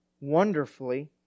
wonderfully